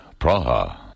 Praha